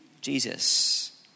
Jesus